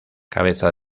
cabeza